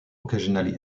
occasionally